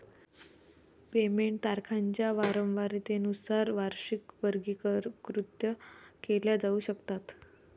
payment तारखांच्या वारंवारतेनुसार वार्षिकी वर्गीकृत केल्या जाऊ शकतात